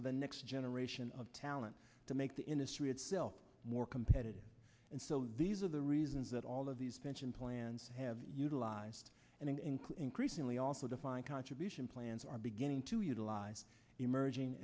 for the next generation of talent to make the industry itself more competitive and so these are the reasons that all of these pension plans have utilized and include increasingly also defined contribution plans are beginning to utilize emerging